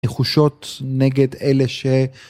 ‫נחושות נגד אלה ש...